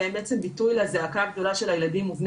והם ביטוי לזעקה הגדולה של הילדים ובני